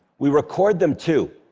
we record them, too.